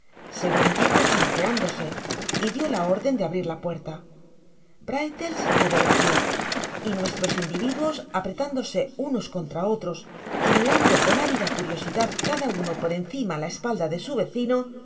segun dijo chanceándose y dio la orden de abrir la puerta brittles obedeció y nuestros individuos apretándose unos contra otros y mirando con ávida curiosidad cada uno por encima la espalda de su vecino